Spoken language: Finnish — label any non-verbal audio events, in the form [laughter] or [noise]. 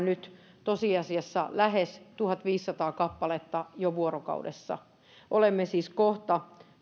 [unintelligible] nyt tosiasiassa jo lähes tuhatviisisataa kappaletta vuorokaudessa olemme siis kohta